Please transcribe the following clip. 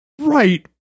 Right